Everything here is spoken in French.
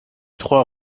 trois